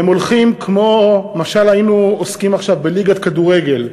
הם הולכים, משל היינו עוסקים עכשיו בליגת כדורגל,